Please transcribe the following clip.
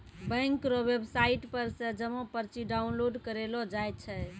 bank रो website पर से जमा पर्ची डाउनलोड करेलो जाय छै